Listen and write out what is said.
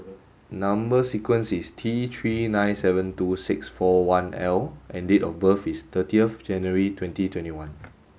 number sequence is T three nine seven two six four one L and date of birth is thirty of January twenty twenty one